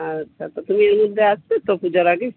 আচ্ছা তো তুমি এর মধ্যে আসছো তো পুজার আগে